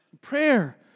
Prayer